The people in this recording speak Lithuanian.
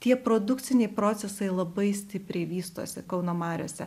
tie produkciniai procesai labai stipriai vystosi kauno mariose